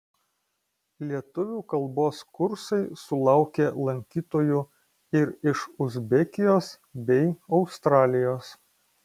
lietuvių kalbos kursai sulaukė lankytojų ir iš uzbekijos bei australijos